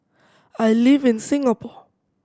I live in Singapore